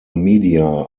media